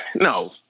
No